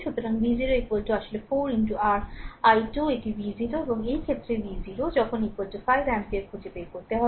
সুতরাং ভি0 আসলে 4 আর আই 2 এটি v 0 এবং এই ক্ষেত্রে V0 যখন 5 এমপিয়ার খুঁজে বের করতে হবে